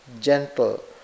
gentle